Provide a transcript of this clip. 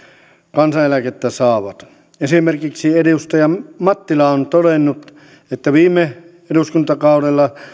kansaneläkettä saavat esimerkiksi edustaja mattila on todennut että viime eduskuntakaudella